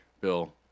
Bill